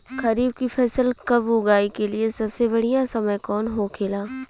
खरीफ की फसल कब उगाई के लिए सबसे बढ़ियां समय कौन हो खेला?